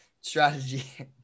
strategy